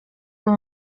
gusa